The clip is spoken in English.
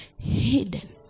hidden